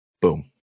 Boom